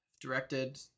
directed